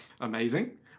Amazing